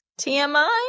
TMI